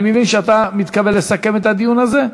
אני מבין שאתה מתכוון לסכם את הדיון הזה?